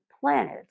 planets